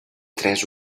tres